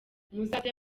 muzaze